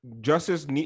Justice